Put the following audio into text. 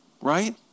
right